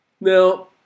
Now